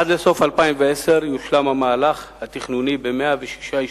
עד לסוף 2010 יושלם המהלך התכנוני ב-106 יישובים.